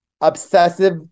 obsessive